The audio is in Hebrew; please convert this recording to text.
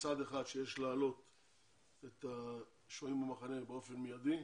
שמצד אחד יש להעלות את השוהים במחנה באופן מיידי,